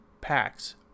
packs